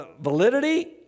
validity